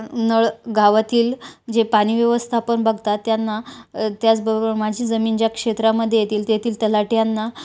नळगावातील जे पाणी व्यवस्थापन बघतात त्यांना त्याचबरोबर माझी जमीन ज्या क्षेत्रामध्ये येते तेथील तलाठ्यांना